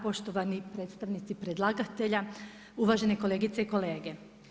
Poštovani predstavnici predlagatelja, uvažene kolegice i kolege.